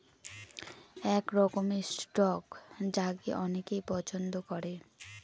এক রকমের স্টক যাকে অনেকে পছন্দ করে